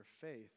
faith